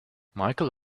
michael